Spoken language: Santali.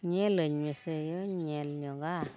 ᱧᱮᱞᱟᱹᱧ ᱢᱮᱥᱮ ᱧᱮᱞ ᱧᱚᱜᱟ